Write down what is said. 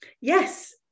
yes